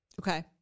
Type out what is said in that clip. Okay